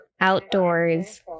outdoors